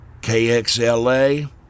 KXLA